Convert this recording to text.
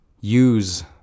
use